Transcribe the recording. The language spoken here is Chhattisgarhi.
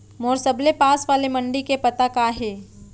मोर सबले पास वाले मण्डी के पता का हे?